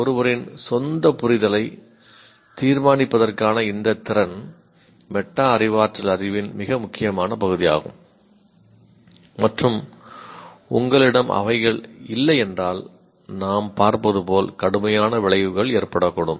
ஒருவரின் சொந்த புரிதலை தீர்மானிப்பதற்கான இந்த திறன் மெட்டா அறிவாற்றல் அறிவின் மிக முக்கியமான பகுதி ஆகும் மற்றும் உங்களிடம் அவைகள் இல்லையென்றால் நாம் பார்ப்பது போல் கடுமையான விளைவுகள் ஏற்படக்கூடும்